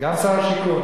גם שר השיכון.